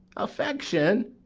affection!